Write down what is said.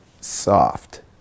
soft